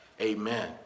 Amen